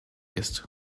ist